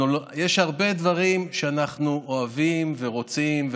יש הרבה דברים שאנחנו אוהבים ורוצים,